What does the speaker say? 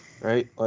right